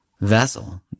vessel